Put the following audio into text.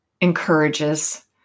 encourages